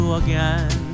again